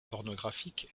pornographique